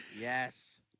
yes